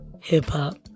Hip-Hop